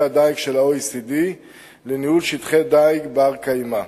הדיג של ה-OECD לניהול שטחי דיג בר-קיימא.